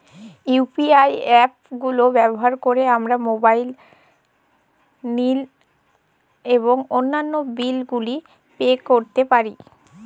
UPI app গুলো ব্যবহার করে আমরা মোবাইল নিল এবং অন্যান্য বিল গুলি পে করতে পারি